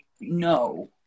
no